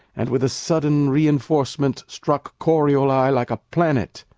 and with a sudden re-enforcement struck corioli like a planet.